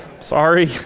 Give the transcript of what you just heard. Sorry